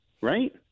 right